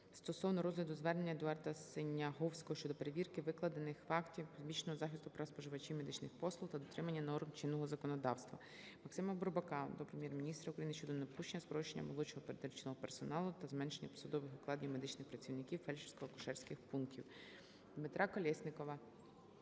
стосовно розгляду звернення Едуарда Синяговського щодо перевірки викладених фактів, всебічного захисту прав споживачів медичних послуг та дотримання норм чинного законодавства. Максима Бурбака до Прем'єр-міністра України щодо недопущення скорочення молодшого медичного персоналу та зменшення посадових окладів медичних працівників фельдшерсько-акушерських пунктів. Дмитра Колєснікова